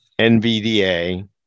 NVDA